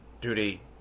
duty